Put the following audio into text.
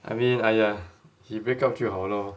I mean !aiya! he break up 就好 lor